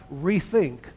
rethink